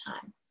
time